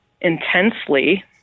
intensely